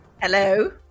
Hello